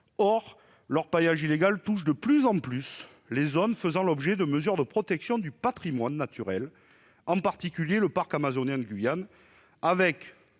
Or l'orpaillage illégal touche de plus en plus les zones faisant l'objet de mesures de protection du patrimoine naturel, en particulier le parc amazonien de Guyane ;